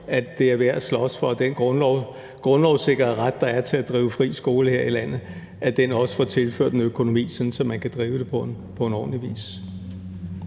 at det er værd at slås for den grundlovssikrede ret, der er til at drive fri skole her i landet, og for, at de også får tilført en økonomi, så de kan drives på ordentlig vis.